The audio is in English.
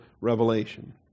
revelation